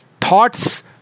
thoughts